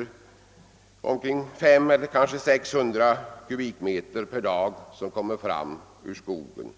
att omkring ytterligare 500—600 kubikmeter kommer fram ur skogen per dag.